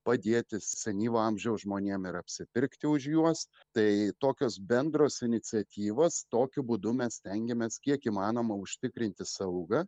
padėti senyvo amžiaus žmonėm ir apsipirkti už juos tai tokios bendros iniciatyvos tokiu būdu mes stengiamės kiek įmanoma užtikrinti saugą